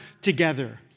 together